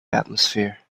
atmosphere